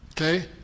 Okay